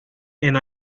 and